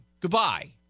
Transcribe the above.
Goodbye